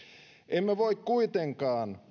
emme voi kuitenkaan